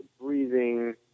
breathing